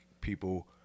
people